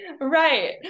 right